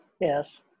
yes